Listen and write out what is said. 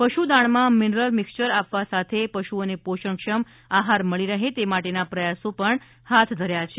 પશુદાણમાં mineral mixture આપવા સાથે પશુઓને પોષણક્ષમ આહાર મળી રહે તે માટેના પ્રયાસો હાથ ધર્યા છે